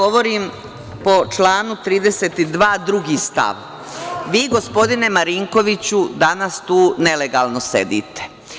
Ja govorim po članu 32. stav 2. Vi, gospodine Marinkoviću, danas tu nelegalno sedite.